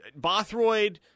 Bothroyd